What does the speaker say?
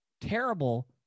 terrible